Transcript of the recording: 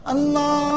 Allah